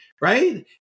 right